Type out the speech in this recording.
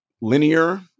linear